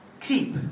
Keep